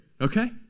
okay